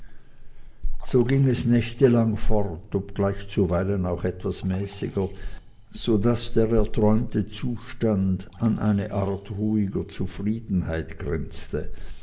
so ging es nächtelang fort obgleich zuweilen auch etwas mäßiger so daß der erträumte zustand an eine art ruhiger zufriedenheit grenzte